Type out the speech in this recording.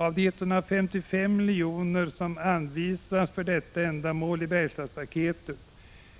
De 155 miljoner som anvisas för detta ändamål i Bergslagspaketet